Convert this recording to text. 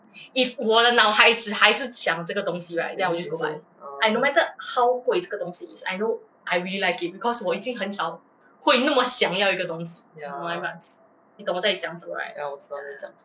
oh 会一直 oh ya ya 我知道你在讲什么